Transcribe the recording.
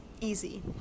easy